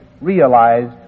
realized